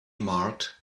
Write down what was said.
marked